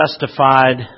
justified